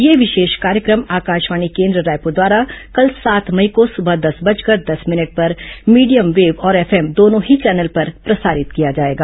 यह विशेष कार्यक्रम आकाशवाणी केन्द्र रायपुर द्वारा कल सात मई को सुबह दस बजकर दस मिनट पर मीडियम वेव और एफ एम दोनों ही चैनल पर प्रसारित किया जाएगा